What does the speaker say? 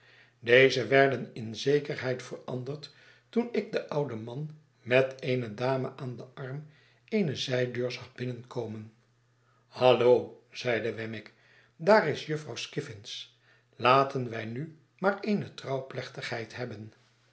deze werden in zekerheid veranderd toenik den ouden man met eene dame aan den arm eene zijdeur zag binnenkomen hallo zeide wemmick daar is jufvrouw skiffms laten wij nu maar eene trouwplechtigheid hebben